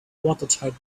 watertight